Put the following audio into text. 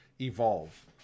evolve